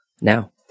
now